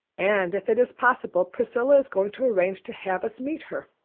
and if it is possible priscilla is going to arrange to have us meet her.